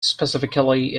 specifically